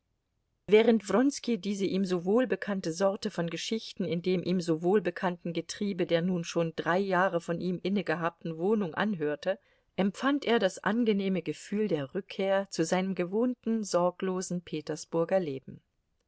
während wronski diese ihm so wohlbekannte sorte von geschichten in dem ihm so wohlbekannten getriebe der nun schon drei jahre von ihm innegehabten wohnung anhörte empfand er das angenehme gefühl der rückkehr zu seinem gewohnten sorglosen petersburger leben